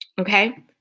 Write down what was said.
okay